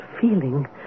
feeling